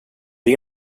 det